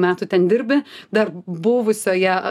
metų ten dirbi dar buvusioje